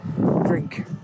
drink